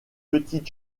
petite